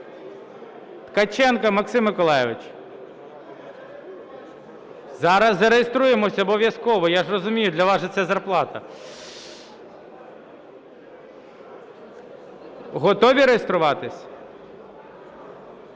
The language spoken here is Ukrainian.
Ткаченко Максим Миколайович. (Шум у залі) Зараз зареєструємось обов'язково, я ж розумію, для вас же це зарплата. Готові реєструватись?